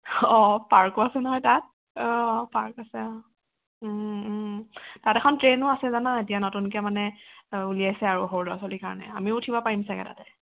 অঁ পাৰ্কো আছে নহয় তাত অঁ পাৰ্ক আছে অঁ তাত এখন ট্ৰেইনো আছে জানা এতিয়া নতুনকৈ মানে উলিয়াইছে আৰু সৰু ল'ৰা ছোৱালীৰ কাৰণে আমিও উঠিব পাৰিম ছাগৈ তাতে